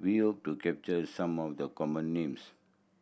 we hope to capture some of the common names